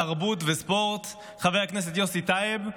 התרבות והספורט חבר הכנסת יוסי טייב.